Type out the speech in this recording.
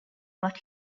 but